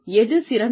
எது சிறந்தது